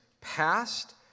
past